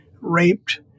raped